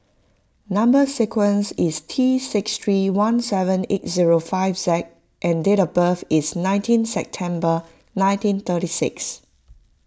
Number Sequence is T six three one seven eight zero five Z and date of birth is nineteen September nineteen thirty six